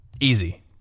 Easy